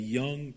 young